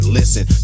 listen